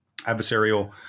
adversarial